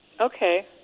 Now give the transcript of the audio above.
Okay